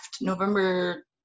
November